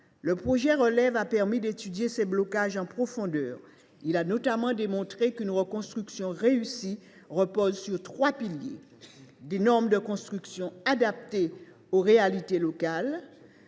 Le projet Relev a permis d’étudier ces blocages en profondeur. Il a notamment démontré qu’une reconstruction réussie repose sur trois piliers : d’abord, des normes de construction adaptées aux réalités locales